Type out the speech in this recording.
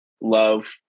love